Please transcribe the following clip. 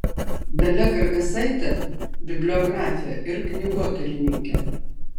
dalia gargasaitė bibliografė ir knygotyrininkė